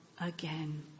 again